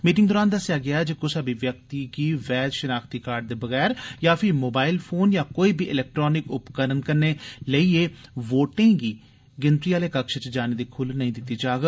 meeting दौरान दस्सेआ गेआ जे कुसा बी व्यक्ति गी वैद्य शिनाख्ती कार्ड दे बगैर यां फ्ही मोबाईल फोन यां कोई बी इलैक्ट्रानिक उपकरण कन्नै लेइयै वोटें दी गिनतरी आहले कक्ष च जाने दी खुल्ल नेईं दित्ती जाग